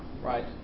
right